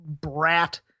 brat